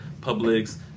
Publix